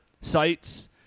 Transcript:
sites